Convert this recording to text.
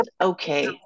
okay